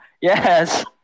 Yes